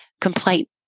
complaint